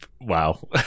Wow